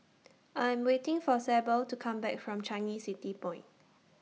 I Am waiting For Sable to Come Back from Changi City Point